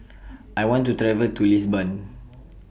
I want to travel to Lisbon